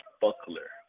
buckler